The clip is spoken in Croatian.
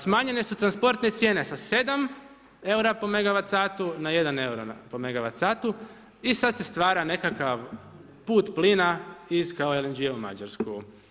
Smanjene su transportne cijene sa 7 eura po megawat satu na 1 euro po megawat satu i sad se stvara nekakav put plina iz LNG-a u Mađarsku.